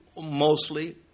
mostly